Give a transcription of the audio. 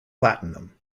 platinum